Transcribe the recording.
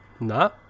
No